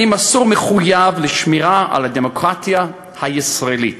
אני מסור ומחויב לשמירה על הדמוקרטיה הישראלית